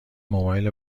موبایل